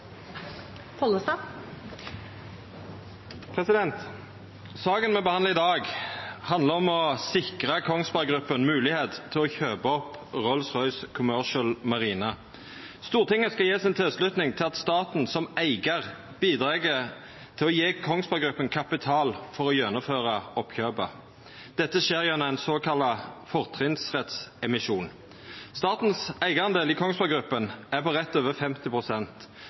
Saka me behandlar i dag, handlar om å sikra Kongsberg Gruppen moglegheit til å kjøpa opp Rolls-Royce Commercial Marine. Stortinget skal gje si tilslutning til at staten som eigar bidreg til å gje Kongsberg Gruppen kapital for å gjennomføra oppkjøpet. Dette skjer gjennom ein såkalla fortrinnsrettsemisjon. Statens eigardel i Kongsberg Gruppen er på rett over